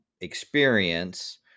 experience